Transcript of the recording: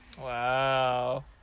Wow